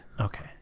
Okay